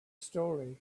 story